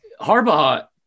Harbaugh